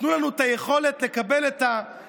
תנו לנו את היכולת לקבל את המסמכים,